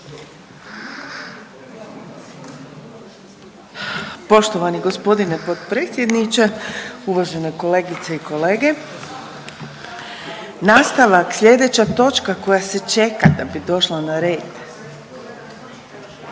Poštovani g. potpredsjedniče, uvažene kolegice i kolege. Nastavak, slijedeća točka koja se čeka da bi došla na red.